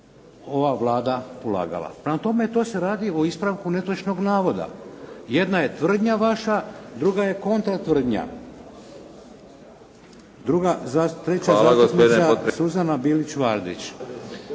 ova Vlada ulagala. Prema tome, tu se radi o ispravku netočnog navoda. Jedna je tvrdnja vaša, druga je kontra tvrdnja. Treća zastupnica